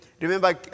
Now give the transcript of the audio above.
Remember